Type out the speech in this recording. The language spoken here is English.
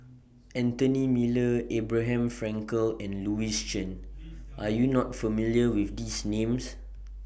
Anthony Miller Abraham Frankel and Louis Chen Are YOU not familiar with These Names